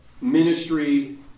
ministry